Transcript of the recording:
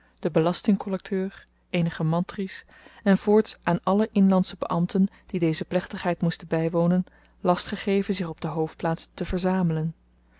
den belasting kollekteur eenige mantries en voorts aan alle inlandsche beambten die deze plechtigheid moesten bywonen last gegeven zich op de hoofdplaats te verzamelen